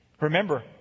Remember